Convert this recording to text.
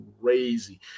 crazy